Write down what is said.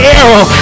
arrow